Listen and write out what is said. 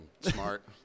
smart